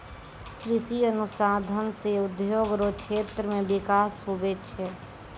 कृषि अनुसंधान से उद्योग रो क्षेत्र मे बिकास हुवै छै